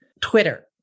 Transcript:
Twitter